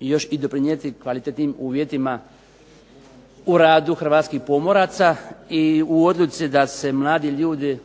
još i doprinijeti kvalitetnijim uvjetima u radu hrvatskih pomoraca. I u odluci da se mladi ljudi